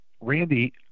Randy